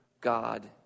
God